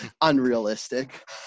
unrealistic